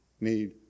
need